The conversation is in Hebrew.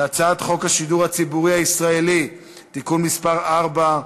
להצעת חוק השידור הציבורי הישראלי (תיקון מס' 4),